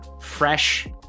fresh